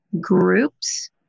groups